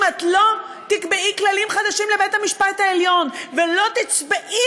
אם לא תקבעי כללים חדשים לבית-המשפט העליון ולא תצבעי